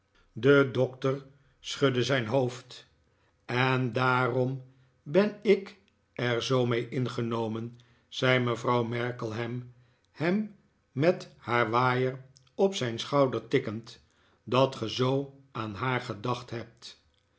waar dedoctor schudde zijn hoofd en daarom ben ik er zoo mee ingenomen zei mevrouw markleham hem met haar waaier op zijn schouder tikkend dat ge zoo aan haar gedacht hebt